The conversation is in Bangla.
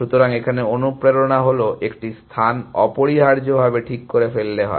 সুতরাং এখানে অনুপ্রেরণা হলো একটি স্থান অপরিহার্যভাবে ঠিক করে ফেলতে হয়